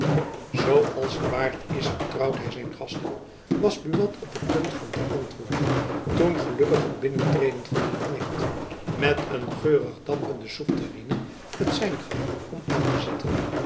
als de waard is betrouwt hy zijn gasten was buat op het punt van te antwoorden toen gelukkig het binnentreden van een knecht met een geurig dampende soepterrine het sein gaf om aan te zitten